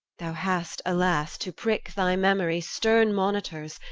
thou hast, alas, to prick thy memory, stern monitors,